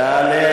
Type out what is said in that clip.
תעלה,